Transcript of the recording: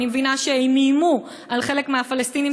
אני מבינה שהם איימו על חלק מהפלסטינים